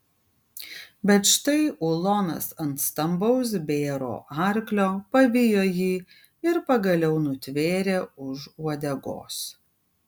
bet štai ulonas ant stambaus bėro arklio pavijo jį ir pagaliau nutvėrė už uodegos